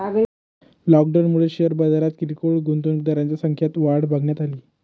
लॉकडाऊनमुळे शेअर बाजारात किरकोळ गुंतवणूकदारांच्या संख्यात वाढ बघण्यात अली